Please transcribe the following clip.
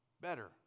Better